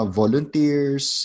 volunteers